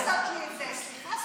את לא יכולה לעשות לי את זה, סליחה.